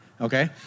Okay